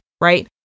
right